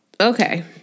Okay